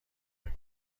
بگو